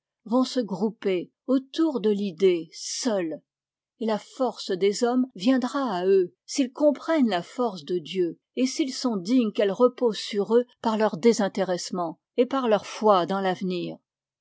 vont se grouper autour de l'idée seule et la force des hommes viendra à eux s'ils comprennent la force de dieu et s'ils sont dignes qu'elle repose sur eux par leur désintéressement et par leur foi dans l'avenir